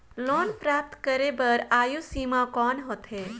Loan प्राप्त करे बर आयु सीमा कौन होथे?